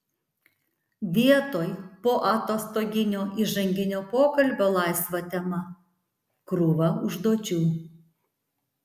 vietoj poatostoginio įžanginio pokalbio laisva tema krūva užduočių